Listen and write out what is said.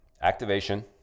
activation